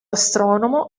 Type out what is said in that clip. astronomo